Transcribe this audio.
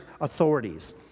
authorities